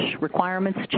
requirements